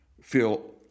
feel